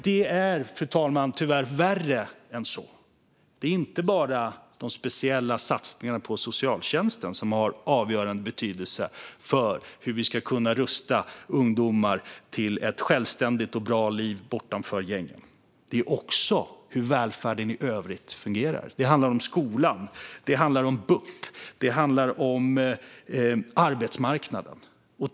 Det är dessutom tyvärr värre än så. Det är inte bara de speciella satsningarna på socialtjänsten som har avgörande betydelse för om vi ska kunna rusta ungdomar till ett självständigt och bra liv bortanför gängen, utan det handlar också om hur välfärden fungerar i övrigt. Det handlar om skolan, det handlar om bup och det handlar om arbetsmarknaden.